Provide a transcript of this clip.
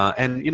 and, you